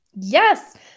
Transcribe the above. Yes